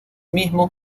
mismo